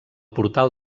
portal